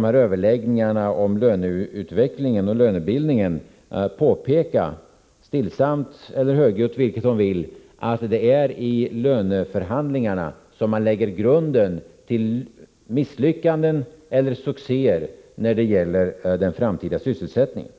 överläggningarna om löneutvecklingen och löneutbildningen att påpeka — stillsamt eller högljutt, vilket hon vill — att det är i löneförhandlingarna som man lägger grunden till misslyckanden eller succéer när det gäller den framtida sysselsättningen?